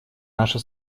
наша